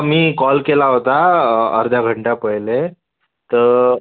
मी call केला होता अर्धा घंटा पहिले तर